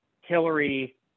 Hillary